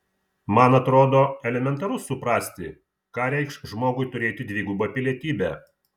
man atrodo elementaru suprasti ką reikš žmogui turėti dvigubą pilietybę